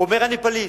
הוא אומר: אני פליט.